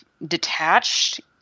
Detached